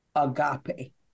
Agape